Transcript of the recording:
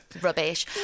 rubbish